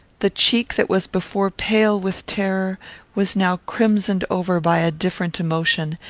the cheek that was before pale with terror was now crimsoned over by a different emotion,